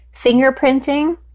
fingerprinting